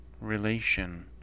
Relation